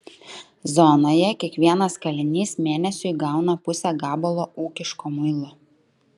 zonoje kiekvienas kalinys mėnesiui gauna pusę gabalo ūkiško muilo